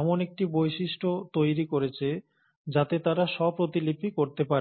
এমন একটি বৈশিষ্ট্য তৈরি করেছে যাতে তারা স্ব প্রতিলিপি করতে পারে